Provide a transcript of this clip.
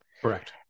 correct